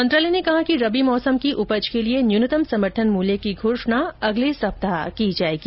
मंत्रालय ने कहा कि रबी मौसम की उपज के लिए न्यूनतम समर्थन मूल्य की घोषणा अगले सप्ताह की जाएगी